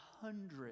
hundreds